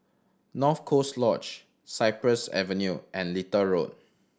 North Coast Lodge Cypress Avenue and Little Road